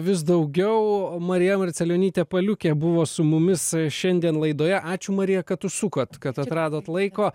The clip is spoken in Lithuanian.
vis daugiau marija marcelionytė paliukė buvo su mumis šiandien laidoje ačiū marija kad užsukot kad atradot laiko